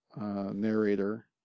narrator